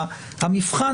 המבחן